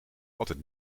altijd